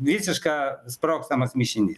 visiška sprogstamas mišinys